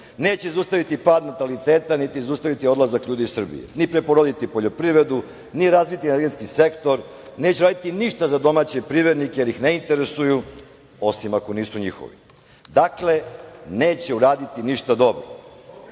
Neće zaustaviti pad nataliteta, niti zaustaviti odlazak ljudi iz Srbije, ni preporoditi poljoprivredu, ni razviti energetski sektor. Neće uraditi ništa za domaće privrednike jer ih ne interesuju, osim ako nisu njihovi. Dakle, neće uraditi ništa dobro. Pošto